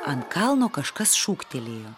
ant kalno kažkas šūktelėjo